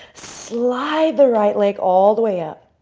slide the right leg all the way up.